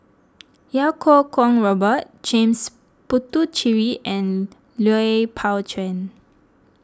Iau Kuo Kwong Robert James Puthucheary and Lui Pao Chuen